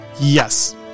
Yes